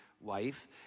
wife